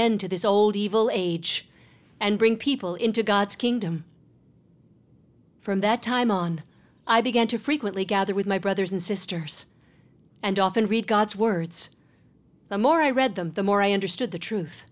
end to this old evil age and bring people into god's kingdom from that time on i began to frequently gather with my brothers and sisters and often read god's words the more i read them the more i understood t